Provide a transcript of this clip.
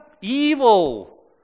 evil